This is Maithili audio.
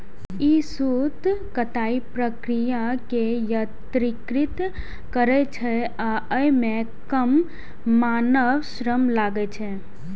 ई सूत कताइक प्रक्रिया कें यत्रीकृत करै छै आ अय मे कम मानव श्रम लागै छै